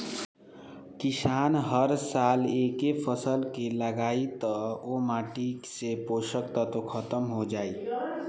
किसान हर साल एके फसल के लगायी त ओह माटी से पोषक तत्व ख़तम हो जाई